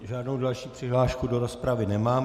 Žádnou další přihlášku do rozpravy nemám.